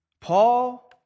Paul